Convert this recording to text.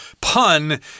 pun